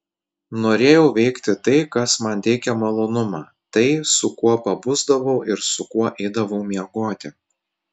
norėjau veikti tai kas man teikia malonumą tai su kuo pabusdavau ir su kuo eidavau miegoti